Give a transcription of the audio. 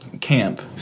camp